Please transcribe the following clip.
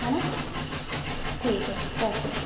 है न ठीक है ओ के